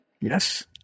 Yes